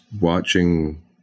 watching